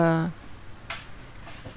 uh